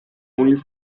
only